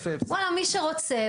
מי שרוצה,